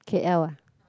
K_L uh